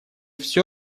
всё